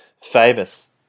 famous